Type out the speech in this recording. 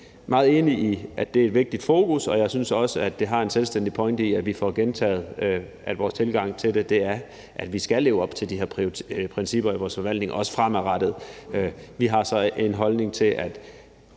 gang meget enig i, at det er et vigtigt fokus, og jeg synes også, at der er en selvstændig pointe i, at vi får gentaget, at vores tilgang til det er, at man også fremadrettet skal leve op til de her principper i forvaltningen. Vi har så en holdning til, at